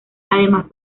además